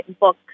book